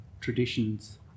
traditions